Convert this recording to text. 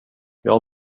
jag